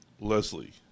Leslie